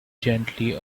gently